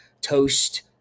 toast